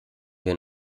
wir